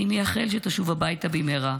אני מייחל שתשוב הביתה במהרה.